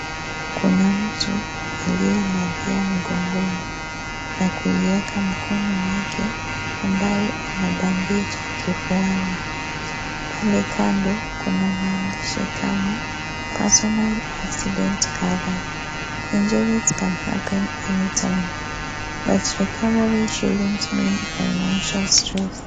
Kuna mtu aliyelalia mgongoni, na kuiweka mkono wake, ambayo ina bendeji kifuani. Pale kando kuna maandishi kama personal accident cover, injuries can happen anytime, but recovery shouldn't mean financial stress .